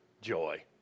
joy